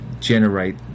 generate